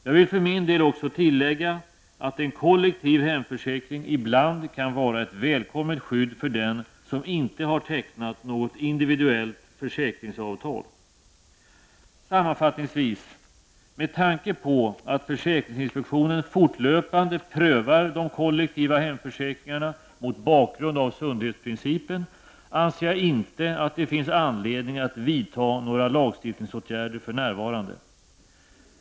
Jag vill för min del också tillägga att en kollektiv hemförsäkring ibland kan vara ett välkommet skydd för den som inte har tecknat något individuellt försäkringsavtal. Sammanfattningsvis: Med tanke på att försäkringsinspektionen fortlöpande prövar de kollektiva hemförsäkringarna mot bakgrund av sundhetsprincipen anser jag inte att det för närvarande finns anledning att vidta några lagstiftningsåtgärder.